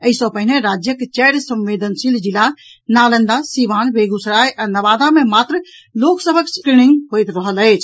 एहि सँ पहिने राज्यक चारि संवेदनशील जिला नालंदा सीवान बेगूसराय आ नवादा मे मात्र लोक सभक स्क्रीनिंग होयत रहल अछि